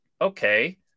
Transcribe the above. okay